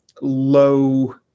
low